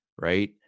Right